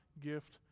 gift